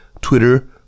Twitter